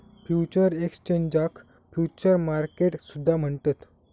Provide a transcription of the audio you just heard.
futures एक्सचेंजाक futures market सुद्धा म्हणतत